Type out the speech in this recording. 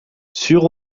sur